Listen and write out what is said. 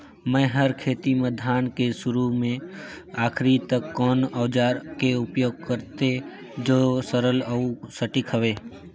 मै हर खेती म धान के शुरू से आखिरी तक कोन औजार के उपयोग करते जो सरल अउ सटीक हवे?